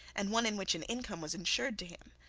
and one in which an income was insured to him.